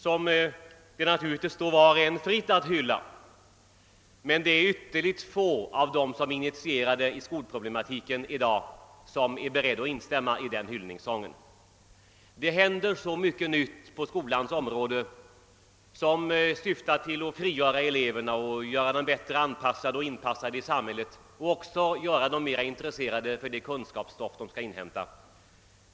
Det står naturligtvis var och en fritt att hylla den na. Men ytterligt få av dem som är initierade i skolproblematiken i dag är beredda att instämma i den hyllningssången. Det händer så mycket nytt på skolans område, som syftar till att frigöra eleverna och göra dem bättre anpassade till samhället och även att göra dem mer intresserade av det kunskapsstoff de skall inhämta.